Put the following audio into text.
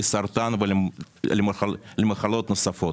לסרטן, ולמחלות נוספות.